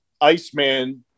Iceman